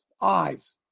eyes